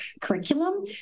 curriculum